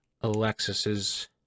Alexis's